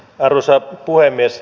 arvoisa puhemies